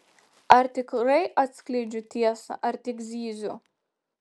ar tikrai atskleidžiu tiesą ar tik zyziu